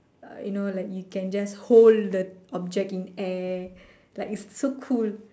uh you know like you can just hold the object in air like it's so cool